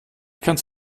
kannst